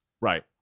Right